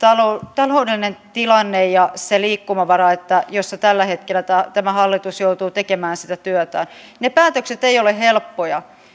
taloudellinen tilanne ja se liikkumavara jossa tällä hetkellä tämä hallitus joutuu tekemään sitä työtä ne päätökset eivät ole helppoja